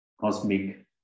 cosmic